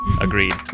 agreed